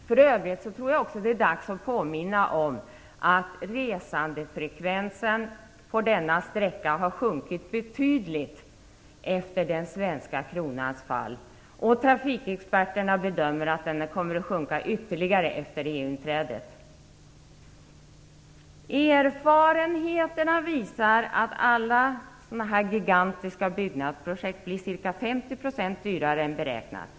För övrigt tror jag att det är dags att påminna om att resandefrekvensen på denna sträcka har sjunkit betydligt efter den svenska kronans fall. Trafikexperterna bedömer att den kommer att sjunka ytterligare efter EU-inträdet. Erfarenheterna visar att alla gigantiska byggnadsprojekt blir ca 50 % dyrare än beräknat.